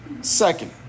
Second